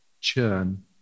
churn